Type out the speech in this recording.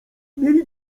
mieli